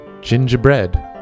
gingerbread